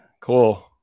cool